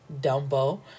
dumbo